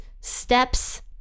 steps